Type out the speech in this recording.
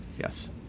Yes